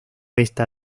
esta